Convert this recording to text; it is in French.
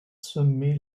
sommets